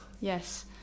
yes